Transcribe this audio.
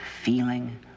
feeling